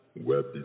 web